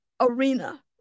arena